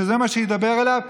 שזה מה שידבר אליו?